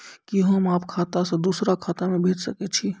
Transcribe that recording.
कि होम आप खाता सं दूसर खाता मे भेज सकै छी?